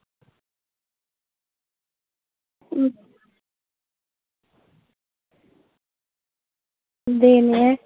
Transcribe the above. देने